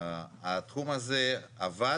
התחום הזה עבד.